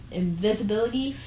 invisibility